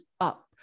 up